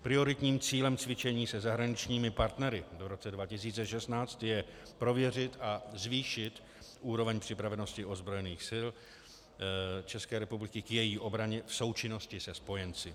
Prioritním cílem cvičení se zahraničními partnery v roce 2016 je prověřit a zvýšit úroveň připravenosti ozbrojených sil České republiky k její obraně v součinnosti se spojenci.